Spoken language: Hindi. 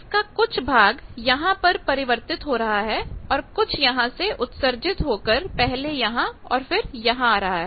इसका कुछ भाग यहां पर परिवर्तित हो रहा है और कुछ यहां से उत्सर्जित होकर पहले यहां और फिर यहां आ रहा है